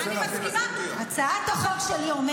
תקשיבי להצעת החוק שלי.